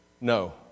No